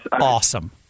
Awesome